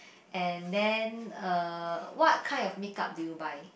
and then uh what kind of makeup do you buy